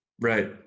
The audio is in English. Right